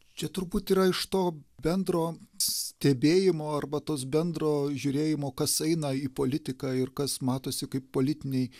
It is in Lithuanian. čia turbūt yra iš to bendro stebėjimo arba tos bendro žiūrėjimo kas eina į politiką ir kas matosi kaip politiniai